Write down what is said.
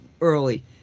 early